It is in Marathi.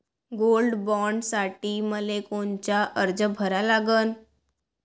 गोल्ड बॉण्डसाठी मले कोनचा अर्ज भरा लागन?